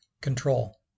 control